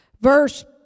Verse